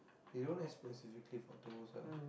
they don't have specifically for toes ah